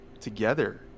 together